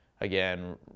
again